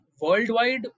worldwide